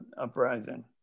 uprising